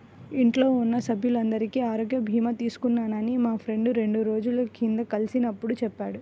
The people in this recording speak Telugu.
ఇంట్లో ఉన్న సభ్యులందరికీ ఆరోగ్య భీమా తీసుకున్నానని మా ఫ్రెండు రెండు రోజుల క్రితం కలిసినప్పుడు చెప్పాడు